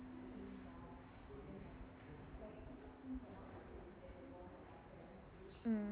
mm